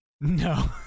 No